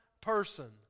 person